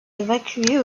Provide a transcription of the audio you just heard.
évacuer